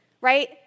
right